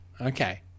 okay